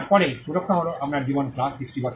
তারপরে সুরক্ষা হল আপনার জীবন প্লাস 60 বছর